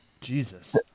Jesus